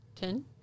Ten